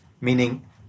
meaning